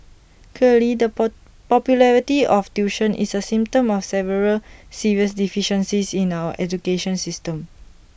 clearly the poor popularity of tuition is A symptom of several serious deficiencies in our education system